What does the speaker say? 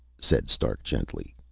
said stark gently.